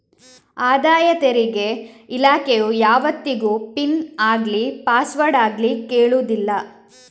ಆದಾಯ ತೆರಿಗೆ ಇಲಾಖೆಯು ಯಾವತ್ತಿಗೂ ಪಿನ್ ಆಗ್ಲಿ ಪಾಸ್ವರ್ಡ್ ಆಗ್ಲಿ ಕೇಳುದಿಲ್ಲ